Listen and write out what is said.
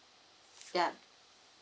ya